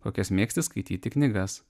kokias mėgsti skaityti knygas